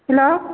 hello